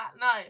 no